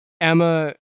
Emma